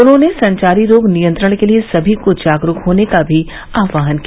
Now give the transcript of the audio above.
उन्होंने संचारी रोग नियंत्रण के लिये सभी से जागरुक होने का भी आहवान किया